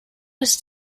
ist